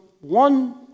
one